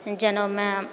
जनउमे